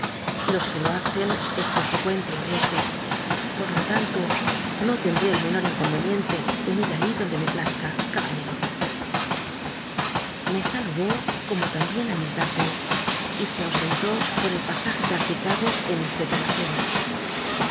os que lo hacen es flor su cuenta y riesgo por lo tan lo no lcndté el menor inconveniente en ir allí donde me plazca caballero íie saludó como lamhien á miss darlle y se ausentó por el pasaje practicad o en el seto tic acebos